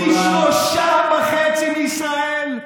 פי שלושה וחצי מישראל,